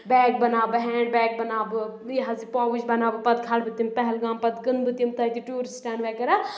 bag بَناو بہٕ hand bag بَناوٕ بہٕ یہِ حظ یہِ پوٕچ بَناوٕ بہٕ پَتہٕ کھارٕ بہٕ تِم پہلگام پَتہٕ کٕنہٕ بہٕ تِم پَتہِ ٹیوٗرِسٹَن وغیرہ